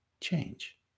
change